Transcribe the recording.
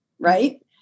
right